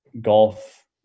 golf